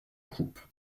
croupe